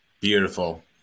beautiful